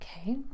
Okay